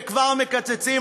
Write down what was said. וכבר מקצצים,